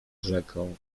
rzeką